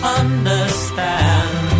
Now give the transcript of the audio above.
understand